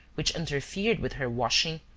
which interfered with her washing,